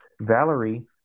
Valerie